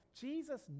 Jesus